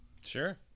Sure